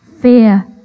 fear